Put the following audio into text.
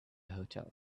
hotel